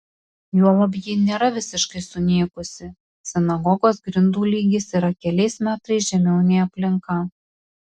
juolab ji nėra visiškai sunykusi sinagogos grindų lygis yra keliais metrais žemiau nei aplinka